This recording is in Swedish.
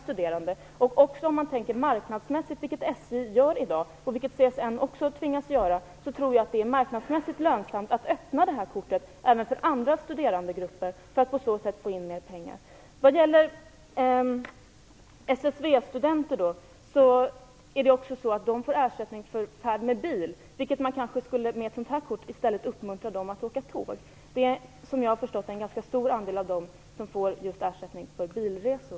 Även om man tänker marknadsmässigt - vilket SJ gör i dag, och vilket även CSN tvingas göra - tror jag att det är lönsamt att öppna det här kortet även för andra studerandegrupper för att på så sätt få in mer pengar. Med ett sådant här kort skulle man i stället uppmuntra dem att åka tåg. Som jag har förstått det är det en ganska stor andel av dem som får ersättning för bilresor.